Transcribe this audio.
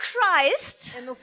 Christ